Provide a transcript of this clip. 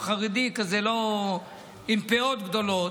הוא חרדי כזה עם פאות גדולות.